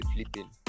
flipping